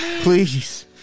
please